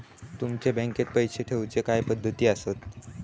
तुमच्या बँकेत पैसे ठेऊचे काय पद्धती आसत?